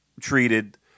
treated